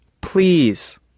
please